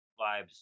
vibes